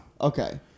Okay